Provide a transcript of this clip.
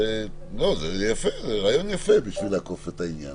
זה רעיון יפה בשביל לאכוף את העניין הזה.